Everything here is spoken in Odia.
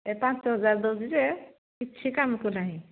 ଏ ପାଞ୍ଚ ହଜାର ଦେଉଛି ଯେ କିଛି କାମକୁ ନାହିଁ